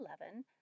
eleven